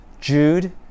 Jude